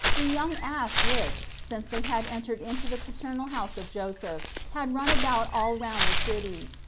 the young ass which, since they had entered into the paternal house of joseph, had run about all round the city,